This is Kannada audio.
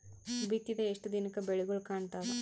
ಬಿತ್ತಿದ ಎಷ್ಟು ದಿನಕ ಬೆಳಿಗೋಳ ಕಾಣತಾವ?